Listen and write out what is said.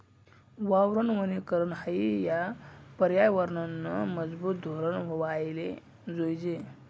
वावरनं वनीकरन हायी या परयावरनंनं मजबूत धोरन व्हवाले जोयजे